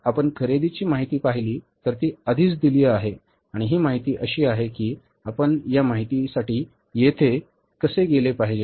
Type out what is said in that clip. म्हणून जर आपण खरेदीची माहिती पाहिली तर ती आधीच दिली आहे आणि ही माहिती अशी आहे की आपण या माहितीसाठी येथे कसे गेले पाहिजे